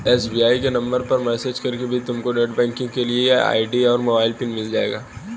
SBI के number पर message करके भी तुमको नेटबैंकिंग के लिए आई.डी और मोबाइल पिन मिल जाएगा